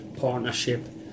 partnership